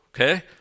okay